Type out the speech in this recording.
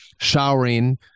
showering